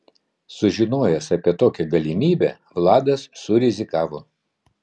sužinojęs apie tokią galimybę vladas surizikavo